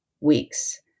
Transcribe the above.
weeks